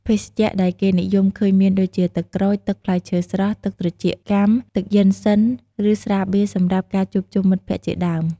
ភេសជ្ជៈដែលគេនិយមឃើញមានដូចជា ទឹកក្រូច ទឹកផ្លែឈើស្រស់ ទឹកត្រចៀកចាំ ទឹកយិនសុិន ឬ ស្រាបៀរសម្រាប់ការជួបជុំមិត្តភក្ដិជាដើម។